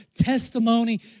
testimony